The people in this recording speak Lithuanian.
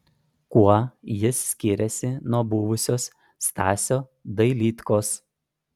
kuo jis skiriasi nuo buvusio stasio dailydkos